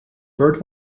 bird